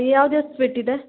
ಯಾವ್ದು ಯಾವ್ದ್ ಸ್ವೀಟ್ ಇದೆ